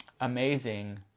Amazing